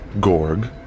Gorg